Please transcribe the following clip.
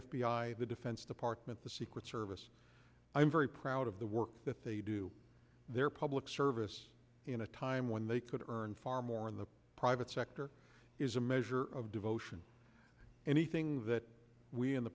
i the defense department the secret service i'm very proud of the work that they do their public service in a time when they could earn far more in the private sector is a measure of devotion anything that we in the